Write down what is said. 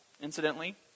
incidentally